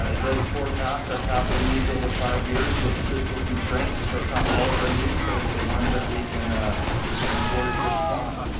ah it does forecast our capital needs over five years with fiscal constraint. so it's not all of our needs, but it's the ones that we can we can afford at this point.